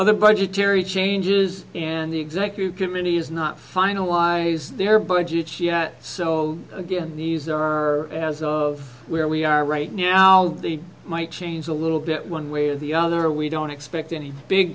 of the budgetary changes and the executive committee is not finalized their budgets yet so again these there are as of where we are right now they might change a little bit one way or the other we don't expect any big